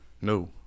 No